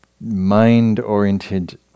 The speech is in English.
mind-oriented